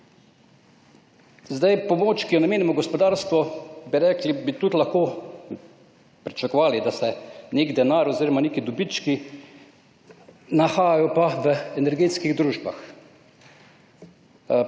Zdaj pomoč, ki jo namenimo gospodarstvu bi rekli, bi tudi lahko pričakovali, da se nek denar oziroma neki dobički nahajajo pa v energetskih družbah.